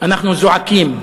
אנחנו זועקים,